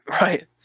Right